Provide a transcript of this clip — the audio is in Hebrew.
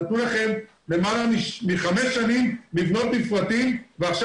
נתנו לכם למעלה מחמש שנים לבנות מפרטים ועכשיו